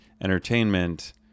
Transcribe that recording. entertainment